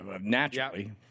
naturally